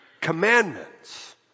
Commandments